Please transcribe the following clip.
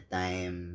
time